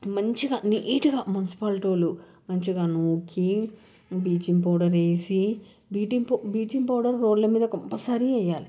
మంచిగా నీట్గా మునిసిపాలిటీ వాళ్ళు మంచిగా నూకి బ్లీచింగ్ పౌడర్ వేసి బ్లీచింగ్ పౌడర్ రోడ్లమీద కంపల్సరీ వేయాలి